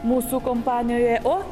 mūsų kompanijoje o